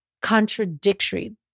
contradictory